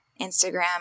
Instagram